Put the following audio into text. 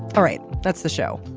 all right. that's the show.